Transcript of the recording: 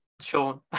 Sean